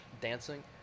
dancing